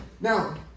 Now